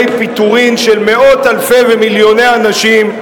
פיטורים של מאות אלפי ומיליוני אנשים,